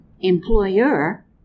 employer